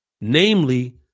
Namely